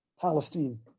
Palestine